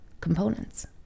components